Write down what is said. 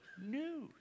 news